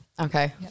Okay